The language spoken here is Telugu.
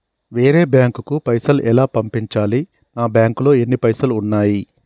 వేరే బ్యాంకుకు పైసలు ఎలా పంపించాలి? నా బ్యాంకులో ఎన్ని పైసలు ఉన్నాయి?